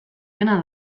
dena